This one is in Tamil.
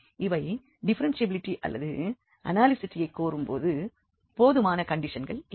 அவை டிஃப்பெரென்ஷியபிலிட்டி அல்லது அனாலிசிட்டியைக் கோரும் போதுமான கண்டிஷன்கள் இல்லை